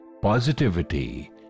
positivity